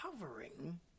hovering